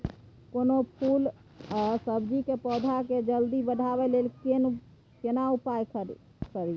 कोनो फूल आ सब्जी के पौधा के जल्दी बढ़ाबै लेल केना उपाय खरी?